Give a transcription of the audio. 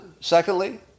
Secondly